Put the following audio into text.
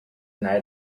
night